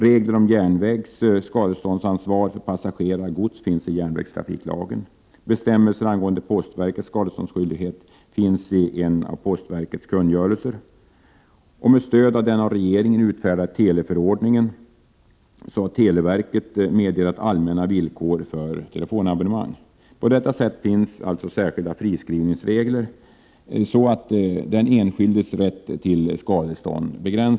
Regler om järnvägs skadeståndsansvar för passagerare och gods finns i järnvägstrafiklagen. Bestämmelser angående postverkets skadeståndsskyldighet finns i en av postverkets kungörelser. Med stöd av den av regeringen utfärdade teleförordningen har televerket meddelat allmänna villkor för telefonabonnemang. På detta sätt finns alltså särskilda friskrivningsregler som begränsar den enskildes rätt till skadestånd.